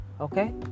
Okay